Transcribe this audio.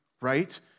right